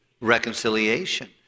Reconciliation